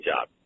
job